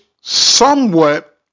somewhat